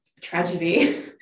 tragedy